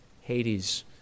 Hades